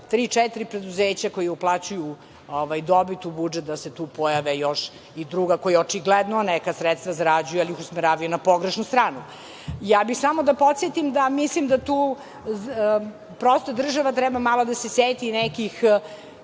preduzeća koja uplaćuju dobit u budžet, da se tu pojave i druga koja očigledno neka sredstva zarađuju, ali ih usmeravaju na pogrešnu stranu. Samo bih da podsetim da mislim da tu država treba malo da se seti i nekih